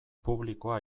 publikoa